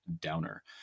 downer